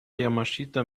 yamashita